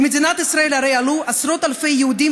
למדינת ישראל הרי עלו עשרות אלפי יהודים